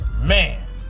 man